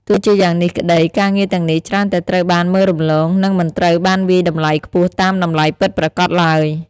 ទោះជាយ៉ាងនេះក្តី ការងារទាំងនេះច្រើនតែត្រូវបានមើលរំលង និងមិនត្រូវបានវាយតម្លៃខ្ពស់តាមតម្លៃពិតប្រាកដឡើយ។